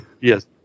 Yes